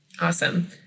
awesome